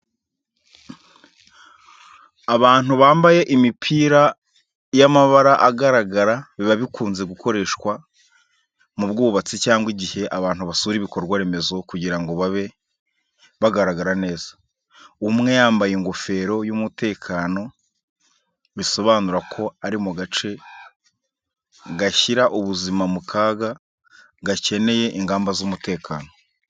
Abantu bambaye imipira y’amabara agaragara biba bikunze gukoreshwa mu bwubatsi cyangwa igihe abantu basura ibikorwa remezo kugira ngo babe bagaragara neza. Umwe yambaye ingofero y’umutekano bisobanura ko ari mu gace gashyira ubuzima mu kaga gakeneye ingamba z’umutekano.